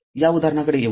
या उदाहरणाकडे येऊ